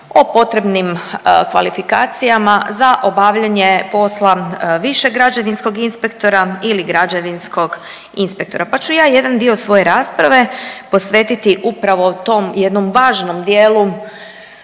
o potrebnim kvalifikacijama za obavljanje posla višeg građevinskog inspektora ili građevinskog inspektora, pa ću ja jedan dio svoje rasprave posvetiti upravo tom jednom važnom dijelu